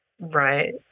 right